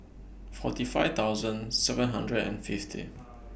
forty five thousand seven hundred and fifty